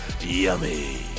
yummy